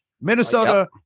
Minnesota